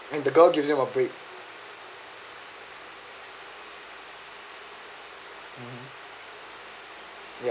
and the girl gives him a break